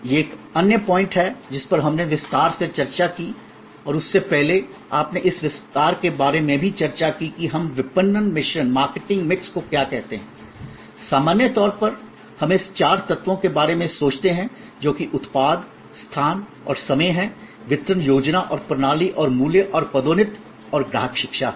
यह एक अन्य पॉइंट है जिस पर हमने विस्तार से चर्चा की और उससे पहले आपने इस विस्तार के बारे में भी चर्चा की कि हम विपणन मिश्रण मार्केटिंग मिक्स को क्या कहते हैं सामान्य तौर पर हम इस चार तत्वों के बारे में सोचते हैं जो कि उत्पाद स्थान और समय है वितरण योजना और प्रणाली और मूल्य और पदोन्नति और ग्राहक शिक्षा है